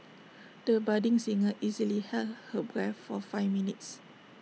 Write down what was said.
the budding singer easily held her breath for five minutes